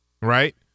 right